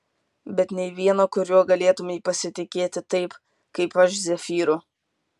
bet nė vieno kuriuo galėtumei pasitikėti taip kaip aš zefyru